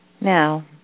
Now